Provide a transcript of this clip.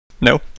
No